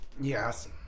Yes